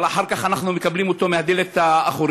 אבל אחר כך אנחנו מקבלים אותו מהדלת האחורית,